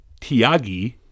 Tiagi